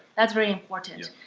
that's really important.